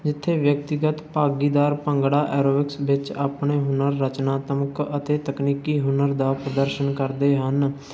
ਜਿੱਥੇ ਵਿਅਕਤੀਗਤ ਭਾਗੀਦਾਰ ਭੰਗੜਾ ਐਰੋਬਿਕਸ ਵਿੱਚ ਆਪਣੇ ਹੁਨਰ ਰਚਨਾਤਮਕ ਅਤੇ ਤਕਨੀਕੀ ਹੁਨਰ ਦਾ ਪ੍ਰਦਰਸ਼ਨ ਕਰਦੇ ਹਨ